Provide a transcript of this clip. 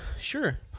Sure